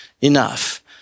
enough